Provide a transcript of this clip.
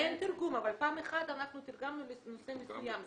אין תרגום אבל פעם אחת אנחנו תרגמנו לנושא מסוים.